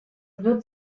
wird